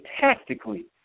tactically